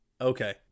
okay